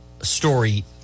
story